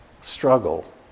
struggle